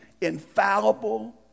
infallible